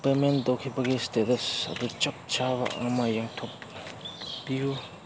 payment ꯇꯧꯈꯤꯕꯒꯤ ꯁꯏꯁꯇꯦꯇꯁ ꯑꯗꯨ ꯆꯞ ꯆꯥꯕ ꯑꯃ ꯌꯥꯎꯊꯣꯛꯄꯤꯎ